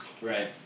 Right